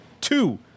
Two